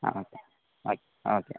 ആ okay bye ആ okay